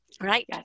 right